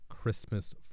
Christmas